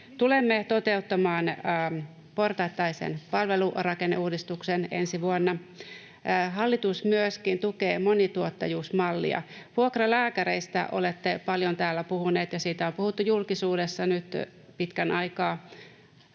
Tulemme toteuttamaan portaittaisen palvelurakenneuudistuksen ensi vuonna. Hallitus myöskin tukee monituottajuusmallia. Vuokralääkäreistä olette paljon täällä puhuneet, ja siitä on puhuttu julkisuudessa nyt pitkän aikaa